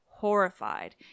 Horrified